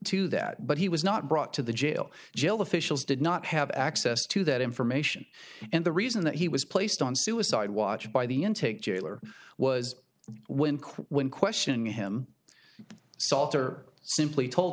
to that but he was not brought to the jail jail officials did not have access to that information and the reason that he was placed on suicide watch by the intake jailer was when quote when questioning him salter simply told